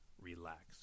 relax